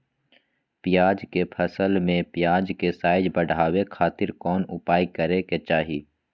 प्याज के फसल में प्याज के साइज बढ़ावे खातिर कौन उपाय करे के चाही?